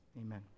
Amen